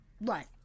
right